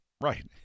Right